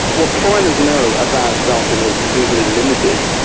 what foreigners know about belgium is usually limited,